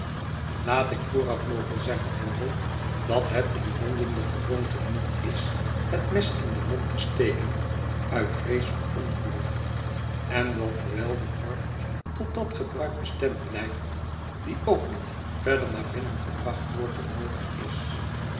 laat ik vooraf mogen zeggen handel dat het in louden de gewoonte niet is het mes in den mond te steken uit wees voor ongelukken en dat terwijl de vork tot dat gebruik bestemd blijft die ook niet verder naar binnen gebracht wordt dan noodig is